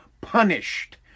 punished